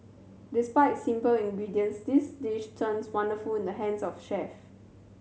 despite simple ingredients this dish turns wonderful in the hands of chef